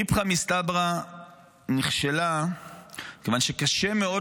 איפכא מסתברא נכשלה כיוון שקשה מאוד